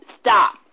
stop